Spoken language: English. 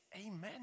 amen